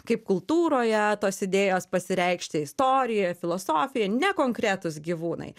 kaip kultūroje tos idėjos pasireikšti istorijoj filosofijoj ne konkretūs gyvūnai